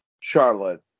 Charlotte